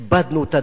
כיבדנו את הדת,